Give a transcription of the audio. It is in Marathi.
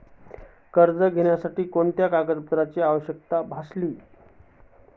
कर्ज घेण्यासाठी मला कोणत्या कागदपत्रांची आवश्यकता भासेल?